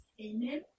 Amen